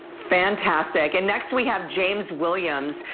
fantastic and next we have james williams.